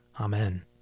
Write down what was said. Amen